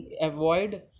avoid